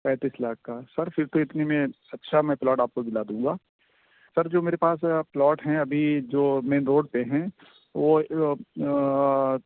پینتس لاکھ کا سر پھر تو اتنے میں اچھا میں پلاٹ آپ کو دلا دوں گا سر جو میرے پاس پلاٹ ہیں ابھی جو مین روڈ پے ہیں وہ